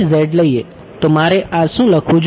તો મારે આ શું લખવું જોઈએ